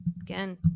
Again